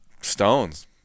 Stones